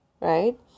Right